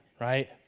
right